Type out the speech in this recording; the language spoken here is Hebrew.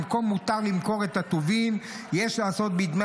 במקום "מותר למכור את הטובין ויש לעשות בדמי